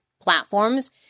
platforms